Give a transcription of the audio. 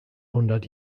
hundert